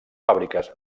fàbriques